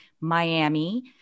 Miami